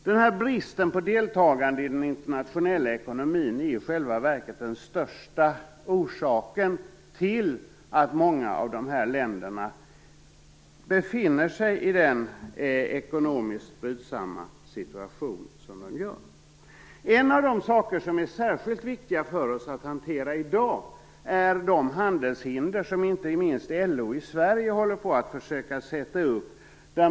Denna brist på deltagande i den internationella ekonomin är i själva verket den största orsaken till att många av dessa länder befinner sig i en ekonomiskt brydsam situation. En av de saker som är särskilt viktiga för oss att hantera i dag är de handelshinder som inte minst LO i Sverige håller på att försöka sätta upp.